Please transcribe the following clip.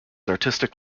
artistic